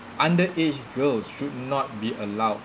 under aged girls should not be allowed